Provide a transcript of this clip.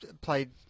played